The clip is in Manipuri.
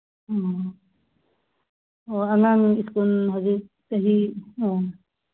ꯎꯝ ꯑꯣ ꯑꯉꯥꯡ ꯁ꯭ꯀꯨꯜ ꯍꯧꯖꯤꯛ ꯆꯍꯤ